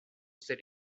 setting